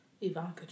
Ivanka